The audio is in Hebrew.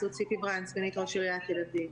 זאת ציפי ברנד סגנית ראש עיריית תל אביב.